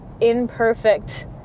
imperfect